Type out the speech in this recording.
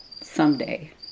someday